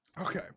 Okay